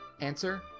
Answer